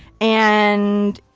and,